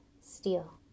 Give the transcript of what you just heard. steel